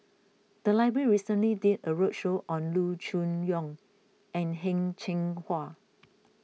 the library recently did a roadshow on Loo Choon Yong and Heng Cheng Hwa